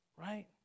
right